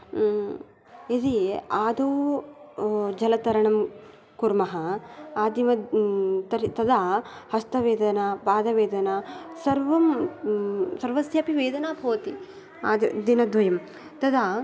यदि आदौ जलतरणं कुर्मः आदिवत् तर्हि तदा हस्तवेदना पादवेदना सर्वं सर्वस्यापि वेदना भवति दिनद्वयं तदा